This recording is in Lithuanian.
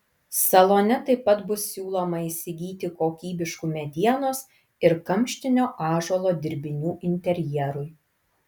salone taip pat bus siūloma įsigyti kokybiškų medienos ir kamštinio ąžuolo dirbinių interjerui